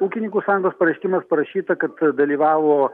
ūkininkų sąjungos pareiškime parašyta kad dalyvavo